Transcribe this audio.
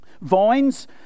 vines